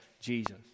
Jesus